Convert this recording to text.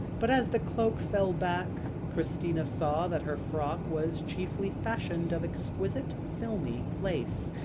but as the cloak fell back, christina saw that her frock was chiefly fashioned of exquisite filmy lace,